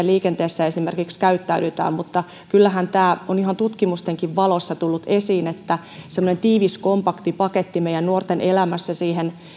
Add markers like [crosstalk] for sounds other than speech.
[unintelligible] liikenteessä esimerkiksi käyttäydytään mutta kyllähän tämä on ihan tutkimustenkin valossa tullut esiin että semmoinen tiivis kompakti paketti meidän nuorten elämässä siihen